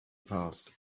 past